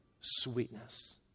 sweetness